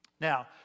now